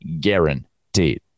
guaranteed